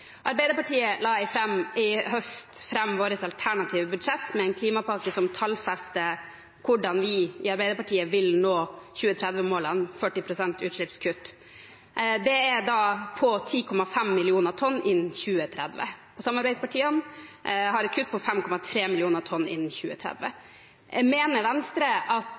Arbeiderpartiet la i høst fram vårt alternative budsjett, med en klimapakke som tallfester hvordan Arbeiderpartiet vil nå 2030-målene; 40 pst. utslippskutt. Det er da på 10,5 millioner tonn innen 2030. Samarbeidspartiene har et kutt på 5,3 millioner tonn innen 2030. Mener Venstre at